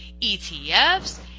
ETFs